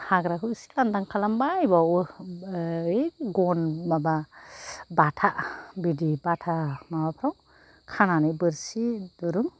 हाग्राखौ एसे लानदां खालामबाय बाव ओह ओइ गन माबा बाथा बिदि बाथा माबाफ्राव खानानै बोरसि दुरुं